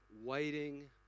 Waiting